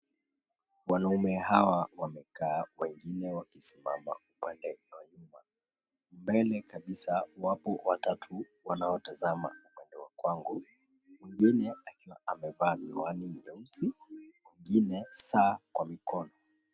Wanaume Hawa wamekaa wengine wakisimama upande wa nyuma, mbele kabisa wapo watatu wanaotazama upande wa kwangu, mwengine amevaa miwani meusi na mwengine saa kwa mkono.